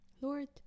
Lord